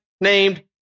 named